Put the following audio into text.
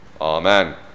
Amen